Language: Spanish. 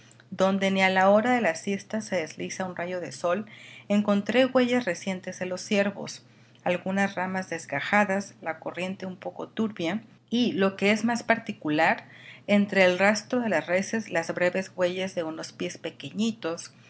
donde ni a la hora de la siesta se desliza un rayo de sol encontré huellas recientes de los ciervos algunas ramas desgajadas la corriente un poco turbia y lo que es más particular entre el rastro de las reses las breves huellas de unos pies pequeñitos